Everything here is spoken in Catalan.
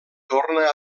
torna